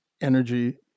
energy